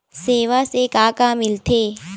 सेवा से का का मिलथे?